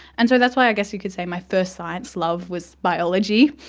and so that's why i guess you could say my first science love was biology.